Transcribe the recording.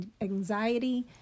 anxiety